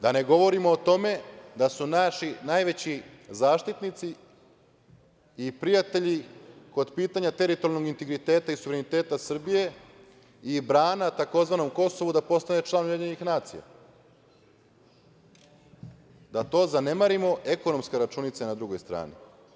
Da ne govorimo o tome da su naši najveći zaštitnici i prijatelji kod pitanja teritorijalnog integriteta i suvereniteta Srbije i brana tzv. Kosovu da postane član UN, da to ne zanemarimo, ekonomska računica na drugoj strani.